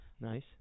nice